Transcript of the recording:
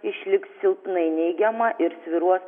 išliks silpnai neigiama ir svyruos